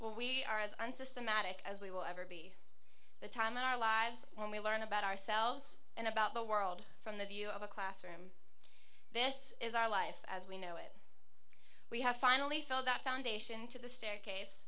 when we are as on systematic as we will ever be the time in our lives when we learn about ourselves and about the world from the view of a classroom this is our life as we know it we have finally found that foundation to the staircase